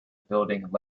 building